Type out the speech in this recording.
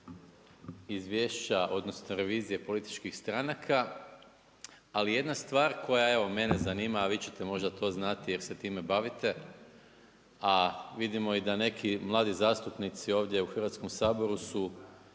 izvješća odnosno revizije političkih stranaka ali jedna stvar koja evo mene zanima a vi ćete možda to znati jer se time bavite, a vidimo i da neki mladi zastupnici ovdje u Hrvatskom saboru su